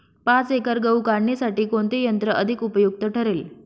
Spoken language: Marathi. पाच एकर गहू काढणीसाठी कोणते यंत्र अधिक उपयुक्त ठरेल?